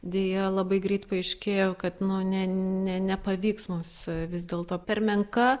deja labai greit paaiškėjo kad ne ne nepavyks mums vis dėlto per menka